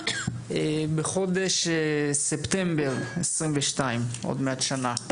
בחודש ספטמבר 2022 עוד מעט שנה,